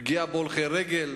פגיעה בהולכי-רגל.